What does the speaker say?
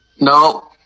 No